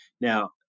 Now